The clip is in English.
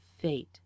fate